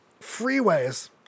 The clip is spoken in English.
freeways